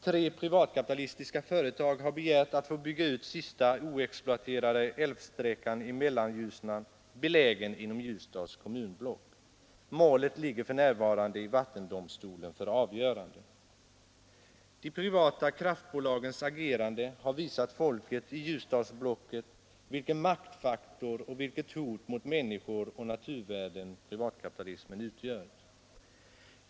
Tre privatkapitalistiska företag har begärt att få bygga ut sista oexploaterade älvsträckan i Mellanljusnan, De privata kraftbolagens agerande har visat folket i Ljusdalsblocket vilken maktfaktor och vilket hot mot människor och naturvärden privatkapitalismen utgör.